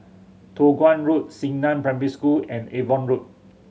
Toh Guan Road Xingnan Primary School and Avon Road